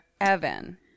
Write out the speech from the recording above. Evan